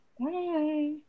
Bye